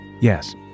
Yes